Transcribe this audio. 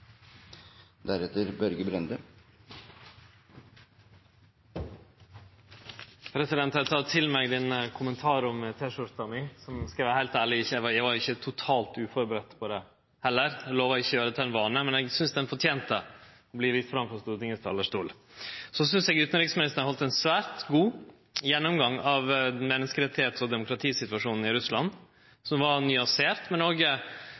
Eg tek til meg kommentaren om T-skjorta mi, og skal eg vere heilt ærleg, var eg ikkje totalt uførebudd på det heller. Eg lovar å ikkje gjere det til ein vane, men eg synest han fortente å verte vist fram frå Stortingets talarstol. Eg synest utanriksministeren heldt ein svært god gjennomgang av menneskeretts- og demokratisituasjonen i Russland; at den var nyansert, men